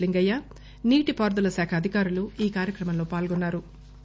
లింగయ్య నీటిపారుదల శాఖ అధికారులు ఈ కార్యక్రమంలో పాల్గొన్నారు